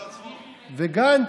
וגנץ?